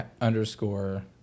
underscore